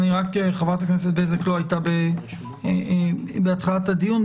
חברת הכנסת בזק לא הייתה בהתחלת הדיון.